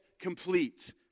complete